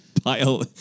Pile